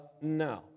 no